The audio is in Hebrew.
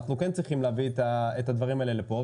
אנחנו כן צריכים להביא את הדברים האלה לפה.